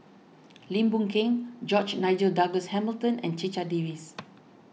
Lim Boon Keng George Nigel Douglas Hamilton and Checha Davies